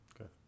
Okay